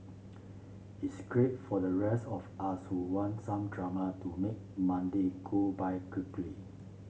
it's great for the rest of us who want some drama to make Monday go by quickly